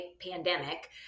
pandemic